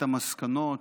את המסקנות